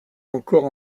encore